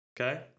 Okay